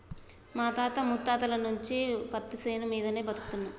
మా తాత ముత్తాతల నుంచి పత్తిశేను మీదనే బతుకుతున్నం